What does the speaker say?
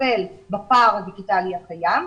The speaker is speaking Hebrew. לטפל בפער הדיגיטלי הקיים.